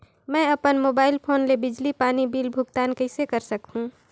मैं अपन mobile phone ले बिजली पानी बिल भुगतान कइसे कर सकहुं?